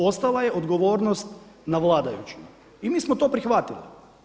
Ostala je odgovornost na vladajućima i mi smo to prihvatili.